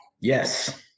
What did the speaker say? Yes